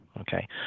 okay